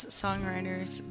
songwriter's